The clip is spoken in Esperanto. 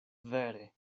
vere